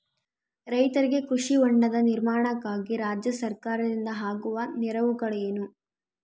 ರೈತರಿಗೆ ಕೃಷಿ ಹೊಂಡದ ನಿರ್ಮಾಣಕ್ಕಾಗಿ ರಾಜ್ಯ ಸರ್ಕಾರದಿಂದ ಆಗುವ ನೆರವುಗಳೇನು?